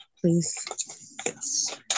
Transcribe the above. please